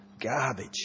garbage